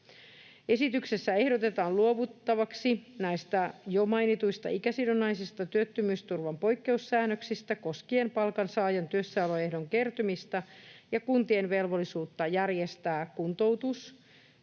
Esityksessä ehdotetaan luovuttavaksi näistä jo mainituista ikäsidonnaisista työttömyysturvan poikkeussäännöksistä koskien palkansaajan työssäoloehdon kertymistä ja kuntien velvollisuutta järjestää kuntoutus‑,